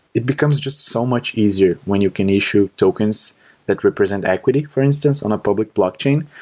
it becomes just so much easier when you can issue tokens that represent equity for instance on a public blockchain.